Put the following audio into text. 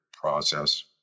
process